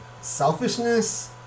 selfishness